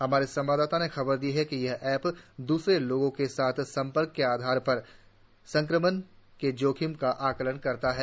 हमारे संवाददाता ने खबर दी है कि यह ऐप द्सरे लोगों के साथ सम्पर्क के आधार पर संक्रमण के जोखिम का आकलन करता है